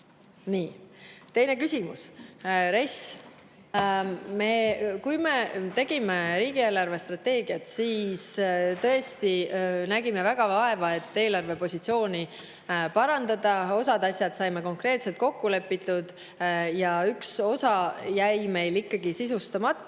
palehigis. Teine küsimus: RES. Kui me tegime riigi eelarvestrateegiat, siis tõesti nägime väga palju vaeva, et eelarvepositsiooni parandada. Osa asju saime konkreetselt kokku lepitud, aga üks osa jäi meil ikkagi sisustamata